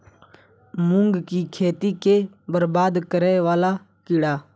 मूंग की खेती केँ बरबाद करे वला कीड़ा?